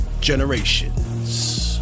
generations